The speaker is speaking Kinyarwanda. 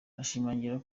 ashimangira